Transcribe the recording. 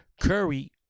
Curry